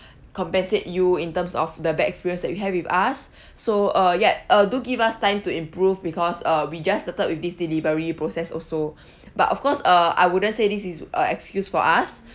compensate you in terms of the bad experience that you have with us so uh yet uh do give us time to improve because uh we just started with this delivery process also but of course uh I wouldn't say this is uh excuse for us